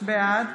בעד